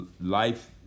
life